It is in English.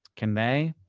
can they?